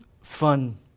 fun